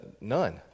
none